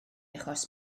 achos